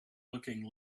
looking